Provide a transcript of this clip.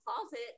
closet